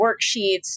worksheets